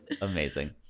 Amazing